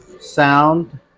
sound